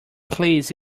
please